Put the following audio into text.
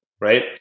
Right